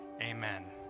amen